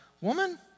woman